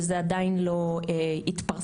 וזה עדיין לא התפרסם,